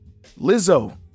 Lizzo